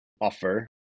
offer